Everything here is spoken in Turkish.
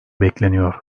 bekleniyor